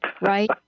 right